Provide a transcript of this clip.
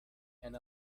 and